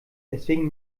deswegen